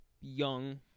young